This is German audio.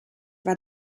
war